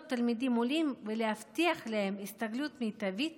תלמידים עולים ולהבטיח להם הסתגלות מיטבית